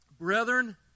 Brethren